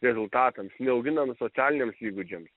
rezultatams neauginam socialiniams įgūdžiams